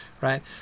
Right